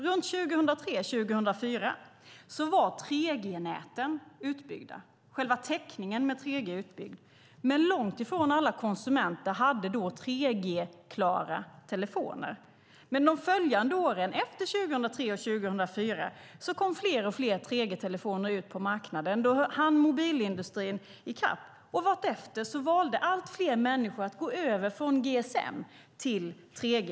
Runt 2003-2004 var 3G-näten utbyggda - själva 3G-täckningen var utbyggd - men långt ifrån alla konsumenter hade 3G-klara telefoner. De följande åren efter 2003 och 2004 kom dock fler och fler 3G-telefoner ut på marknaden, och då hann mobilindustrin i kapp. Vartefter valde allt fler människor att gå över från GSM till 3G.